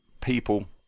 people